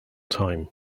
time